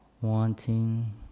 wanting